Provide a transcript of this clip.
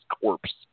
corpse